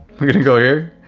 we're going to go here,